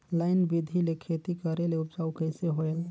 Line बिधी ले खेती करेले उपजाऊ कइसे होयल?